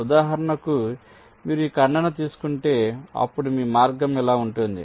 ఉదాహరణకు మీరు ఈ ఖండన తీసుకుంటే అప్పుడు మీ మార్గం ఇలా ఉంటుంది